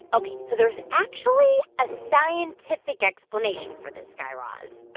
ok, so there's actually a scientific explanation for this, guy raz but